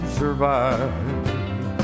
survive